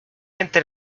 entre